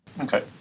Okay